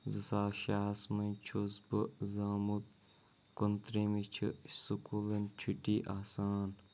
زٕ ساس شیٚے ہَس منٛز چھُس بہٕ زامُت کُنہٕ تٕرٛہِمہِ چھِ سکوٗلَن چھُٹی آسان